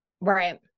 Right